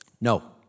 No